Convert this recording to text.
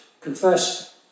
Confess